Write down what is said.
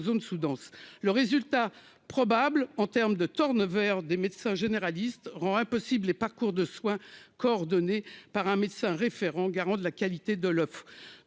zones sous-denses. Le résultat probable en termes de des médecins généralistes rend impossibles les parcours de soins coordonnés par un médecin référent, garant de la qualité de l'offre.